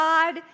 God